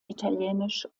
italienisch